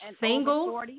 single